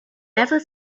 never